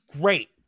great